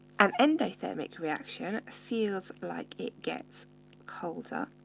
an endothermic reaction feels like it gets colder,